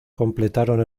completaron